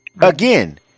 again